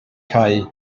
cau